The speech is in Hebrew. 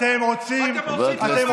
אתם הורסים את המהלך, אתם רוצים,